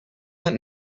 that